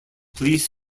police